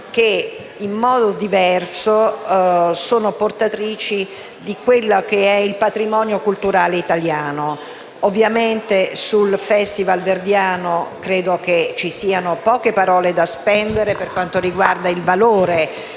che, in modo diverso, fanno parte del patrimonio culturale italiano. Ovviamente, sul Festival verdiano, credo che ci siano poche parole da spendere per quanto riguarda il valore